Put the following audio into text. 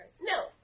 No